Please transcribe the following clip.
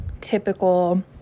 typical